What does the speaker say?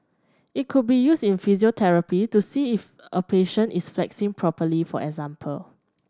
it could be used in physiotherapy to see if a patient is flexing properly for example